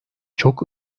çok